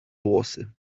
włosy